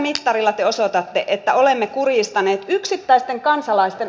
mittari takia että olemme kurjistaneet yksittäisten kansalaisten